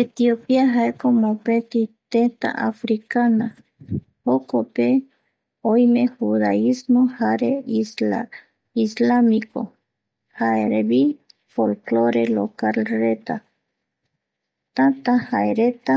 Etiopia jaeko mopeti tëtä africana jokope oime judaismo jare isla, islamiko jae, revi folklore localreta tätä jaereta